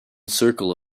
circle